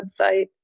website